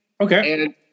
Okay